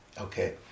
Okay